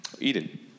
Eden